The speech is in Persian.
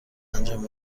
انجام